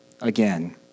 again